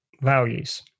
values